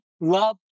love